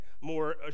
more